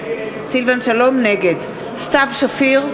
נגד סתיו שפיר,